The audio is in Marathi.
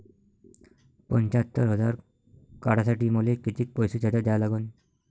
पंच्यात्तर हजार काढासाठी मले कितीक पैसे जादा द्या लागन?